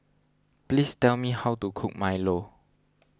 please tell me how to cook Milo